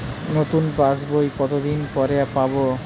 নতুন পাশ বই কত দিন পরে পাবো?